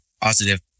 positive